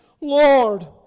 Lord